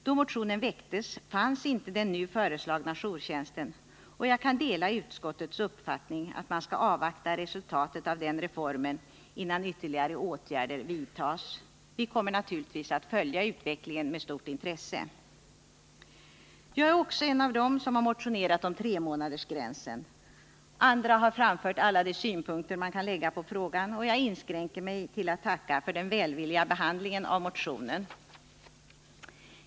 Då motionen väcktes fanns inte den nu föreslagna jourtjänsten, och jag kan dela utskottets uppfattning att man skall avvakta resultatet av den reformen, innan ytterligare åtgärder vidtas. Vi kommer naturligtvis att följa utvecklingen med intresse. Jag är också en av dem som motionerat om tremånadersgränsen. Andra har framfört alla de synpunkter man kan anlägga på frågan, och jag inskränker mig till att tacka för den välvilliga behandlingen av motionen.